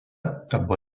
arba